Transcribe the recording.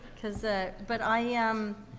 cause, ah but i, um,